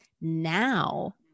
now